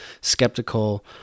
skeptical